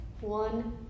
one